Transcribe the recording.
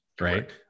right